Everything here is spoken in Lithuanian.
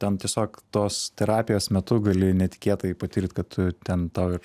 ten tiesiog tos terapijos metu gali netikėtai patirt kad tu ten tau ir